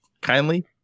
Kindly